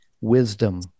wisdom